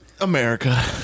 America